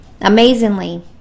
Amazingly